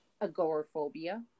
agoraphobia